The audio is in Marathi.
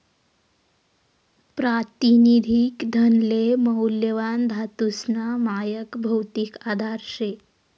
प्रातिनिधिक धनले मौल्यवान धातूसना मायक भौतिक आधार शे